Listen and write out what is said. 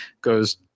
goes